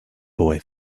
boy